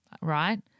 right